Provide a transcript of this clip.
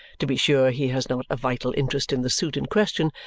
to be sure, he has not a vital interest in the suit in question,